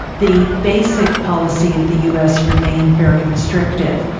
the basic policy of the us remained very restrictive,